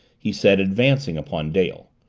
he said, advancing upon dale.